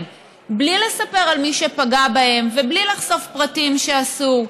בלי לספר על מי שפגע בהם ובלי לחשוף פרטים שאסור,